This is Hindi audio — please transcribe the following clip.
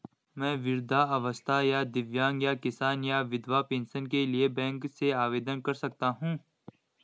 मैं वृद्धावस्था या दिव्यांग या किसान या विधवा पेंशन के लिए बैंक से आवेदन कर सकता हूँ?